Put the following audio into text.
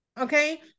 okay